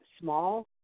small